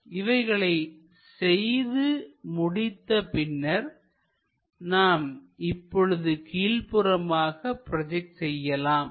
இவைகளை செய்து முடித்த பின்னர் நாம் இப்பொழுது கீழ்ப்புறமாக ப்ரோஜெக்ட் செய்யலாம்